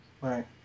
right